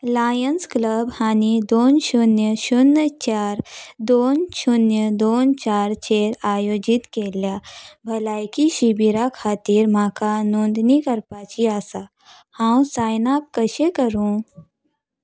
lines Club हाणीं दोन शुन्य शुन्य चार दोन शुन्य दोन चार चेर आयोजीत केल्ल्या भलायकी शिबिरा खातीर म्हाका नोंदणी करपाची आसा हांव सायन अप कशें करूं